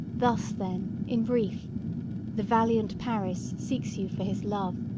thus, then, in brief the valiant paris seeks you for his love.